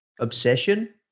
Obsession